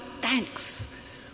thanks